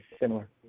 similar